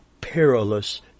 perilous